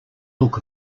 look